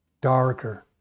darker